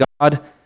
God